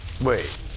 Wait